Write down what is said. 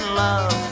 love